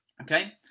Okay